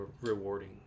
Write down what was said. rewarding